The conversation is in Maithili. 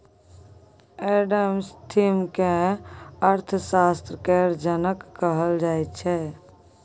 एडम स्मिथ केँ अर्थशास्त्र केर जनक कहल जाइ छै